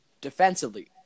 defensively